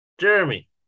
Jeremy